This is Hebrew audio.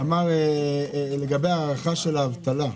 לגבי הערכה של אבטלה,